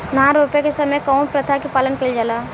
धान रोपे के समय कउन प्रथा की पालन कइल जाला?